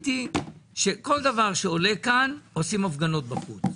שכל דבר שעולה כאן, עושים בחוץ הפגנות.